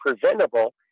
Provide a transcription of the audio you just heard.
preventable